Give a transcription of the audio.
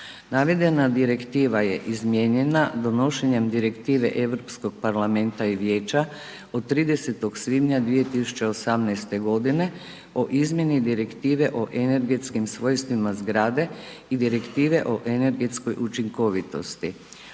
Navedena direktiva je izmijenjena donošenjem Direktive Europskog parlamenta i Vijeća od 30. svibnja 2018.g. o izmjeni Direktive o energetskim svojstvima zgrade i Direktive o energetskoj učinkovitosti.